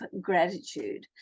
gratitude